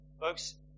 folks